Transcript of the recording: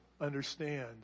understand